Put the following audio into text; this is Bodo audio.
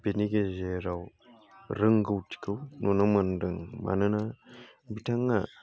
बिनि गेजेराव रोंगौथिखौ नुनो मोन्दों मानोना बिथाङा